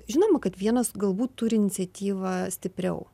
žinoma kad vienas galbūt turi iniciatyva stipriau